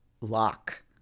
lock